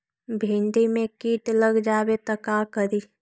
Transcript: भिन्डी मे किट लग जाबे त का करि?